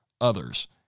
others